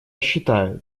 считаю